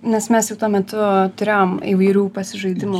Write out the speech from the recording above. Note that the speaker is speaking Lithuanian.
nes mes jau tuo metu turėjom įvairių pasižaidimų